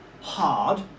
hard